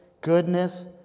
goodness